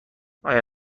آیا